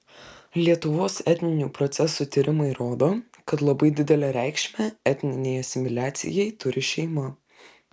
lietuvos etninių procesų tyrimai rodo kad labai didelę reikšmę etninei asimiliacijai turi šeima